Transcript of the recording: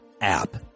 app